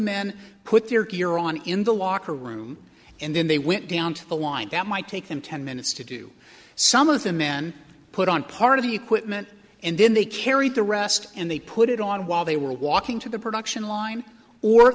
men put their gear on in the locker room and then they went down to the wind that might take them ten minutes to do some of the men put on part of the equipment and then they carried the rest and they put it on while they were walking to the production line or